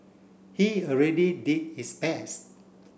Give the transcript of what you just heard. he already did his best